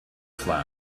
slam